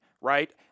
Right